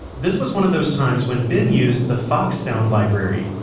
this was one of those times when ben used the fox sound library.